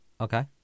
Okay